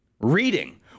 reading